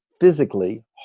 physically